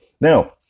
now